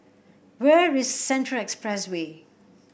where is Central Expressway